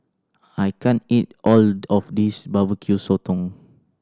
I can't eat all of this Barbecue Sotong